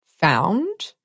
found